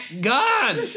gun